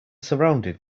surrounded